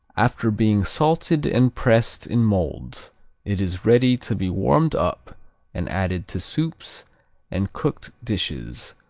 after being salted and pressed in molds it is ready to be warmed up and added to soups and cooked dishes,